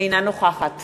אינה נוכחת